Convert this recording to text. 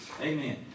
amen